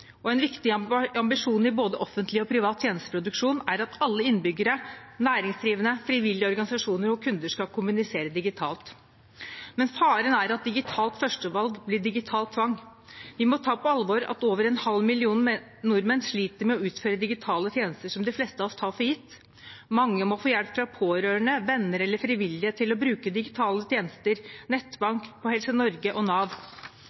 og en viktig ambisjon i både offentlig og privat tjenesteproduksjon er at alle innbyggere, næringsdrivende, frivillige organisasjoner og kunder skal kommunisere digitalt. Men faren er at digitalt førstevalg blir digital tvang. Vi må ta på alvor at over en halv million nordmenn sliter med å utføre digitale tjenester som de fleste av oss tar for gitt. Mange må få hjelp fra pårørende, venner eller frivillige til å bruke digitale tjenester, som nettbank, helsenorge.no og